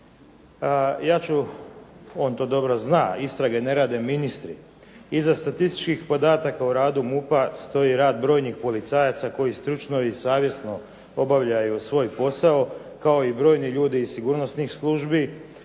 Ja ću, on to dobro zna, istrage ne rade ministri. Iza statističkih podataka o radu MUP-a stoji rad brojnih policajaca koji stručno i savjesno obavljaju svoj posao kao i brojni ljudi iz sigurnosnih službi,